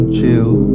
chill